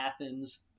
Athens